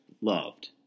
loved